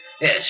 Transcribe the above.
yes